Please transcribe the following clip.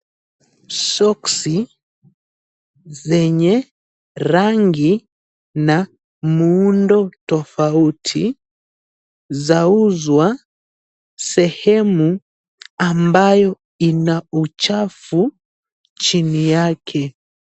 Soksi zenye rangi na muundo tofauti, zauzwa sehemu ambayo ina uchafu chini yake.